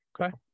Okay